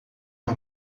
uma